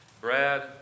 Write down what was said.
Brad